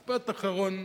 משפט אחרון.